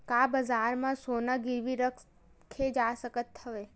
का बजार म सोना गिरवी रखे जा सकत हवय?